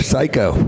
Psycho